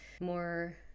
more